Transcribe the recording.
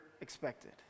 expected